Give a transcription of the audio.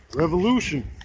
revolution.